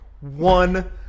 One